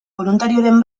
boluntarioren